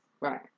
Right